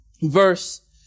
verse